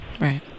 Right